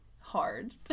hard